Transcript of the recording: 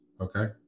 Okay